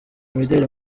imideri